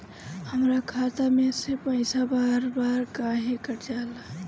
हमरा खाता में से पइसा बार बार काहे कट जाला?